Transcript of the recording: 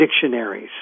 dictionaries